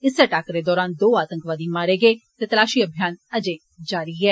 इस्सै टाकरे दौरान दो आतंकवादी मारे गे ते तलाशी अभियान अजें बी जारी ऐ